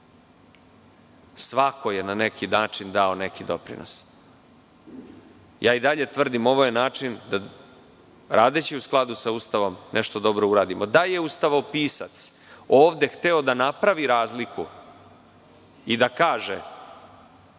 svako je na neki način dao neki doprinos. Ja i dalje tvrdim, ovo je način da, radeći u skladu sa Ustavom, nešto dobro uradimo. Da je ustavopisac ovde hteo da napravi razliku i da kaže